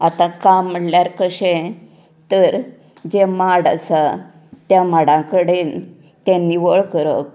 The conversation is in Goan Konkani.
आता काम म्हळ्यार कशें तर जे माड आसा त्या माडां कडेन तें निवळ करप